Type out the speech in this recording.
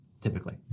typically